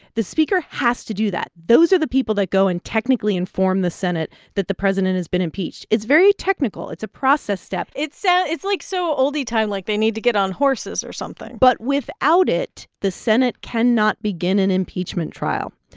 the speaker has to do that. those are the people that go and technically inform the senate that the president has been impeached. it's very technical. it's a process step it's, so like, so oldy time, like they need to get on horses or something but without it, the senate can not begin an impeachment trial.